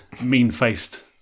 mean-faced